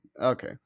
Okay